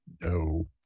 No